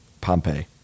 Pompeii